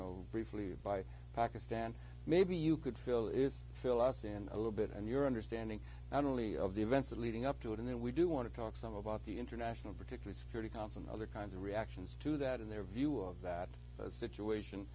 know briefly by pakistan maybe you could feel it fill us in a little bit and your understanding not only of the events leading up to it and then we do want to talk some about the international particulars forty counts and other kinds of reactions to that in their view of that situation